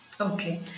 okay